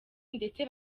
ndetse